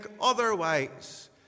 otherwise